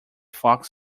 fox